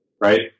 Right